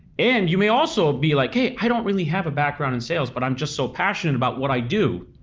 and you may also be like hey i don't really have a background in sales but i'm just so passionate about what i do,